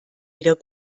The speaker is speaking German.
wieder